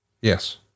Yes